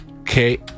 Okay